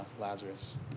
Lazarus